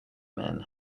men